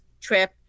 trip